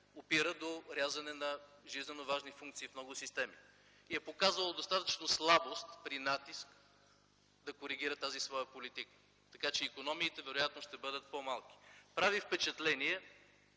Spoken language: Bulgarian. опира до рязане на жизненоважни функции в много системи, и е показало достатъчна слабост при натиск да коригира тази своя политика. Така че, икономиите вероятно ще бъдат по-малки. Прави впечатление,